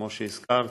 כמו שהזכרת.